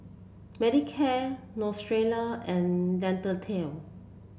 Manicare Neostrata and Dentiste